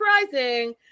surprising